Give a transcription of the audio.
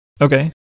Okay